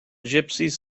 gypsies